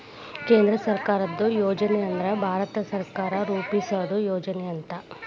ಕೇಂದ್ರ ಸರ್ಕಾರದ್ ಯೋಜನೆ ಅಂದ್ರ ಭಾರತ ಸರ್ಕಾರ ರೂಪಿಸಿದ್ ಯೋಜನೆ ಅಂತ